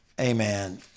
amen